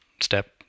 step